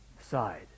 side